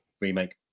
remake